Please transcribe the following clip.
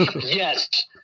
yes